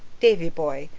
davy-boy,